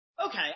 Okay